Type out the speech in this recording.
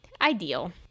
ideal